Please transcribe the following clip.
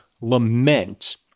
lament